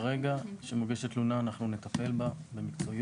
ברגע שמוגשת תלונה אנחנו נטפל בה במקצועיות.